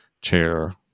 chair